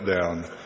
down